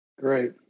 Great